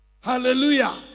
Hallelujah